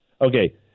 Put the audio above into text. Okay